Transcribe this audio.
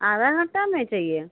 आधा घन्टा में चाहिए